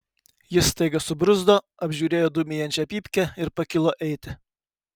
jis staiga subruzdo apžiūrėjo dūmijančią pypkę ir pakilo eiti